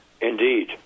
Indeed